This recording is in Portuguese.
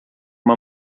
uma